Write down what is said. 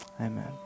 Amen